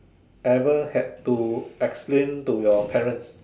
ever had to explain to your parents